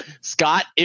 Scott